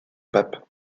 pape